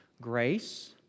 grace